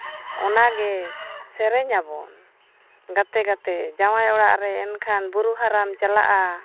ᱚᱱᱟ ᱜᱮ ᱥᱮᱨᱮᱧ ᱟᱵᱚᱱ ᱜᱟᱛᱮ ᱜᱟᱛᱮ ᱡᱟᱶᱟᱭ ᱚᱲᱟᱜ ᱨᱮ ᱮᱱᱠᱷᱟᱱ ᱵᱩᱨᱩ ᱦᱟᱨᱟᱢ ᱪᱟᱞᱟᱜᱼᱟ